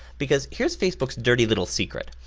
because, here's facebook's dirty little secret.